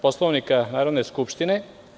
Poslovnika Narodne Skupštine.